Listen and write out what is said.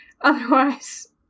Otherwise